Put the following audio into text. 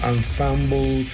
Ensemble